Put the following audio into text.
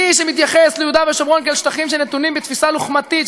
מי שמתייחס ליהודה ושומרון כאל שטחים שנתונים בתפיסה לוחמתית,